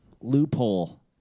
loophole